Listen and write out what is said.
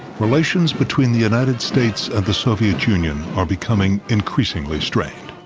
relations between the united states and the soviet union are becoming increasingly strained.